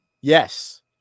Yes